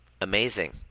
amazing